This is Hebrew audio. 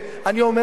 אני אומר לכם,